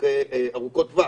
ארוכות טווח,